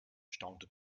staunte